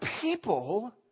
people